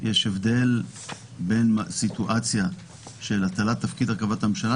יש הבדל בין סיטואציה של הטלת תפקיד הרכבת הממשלה